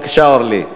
בבקשה, אורלי.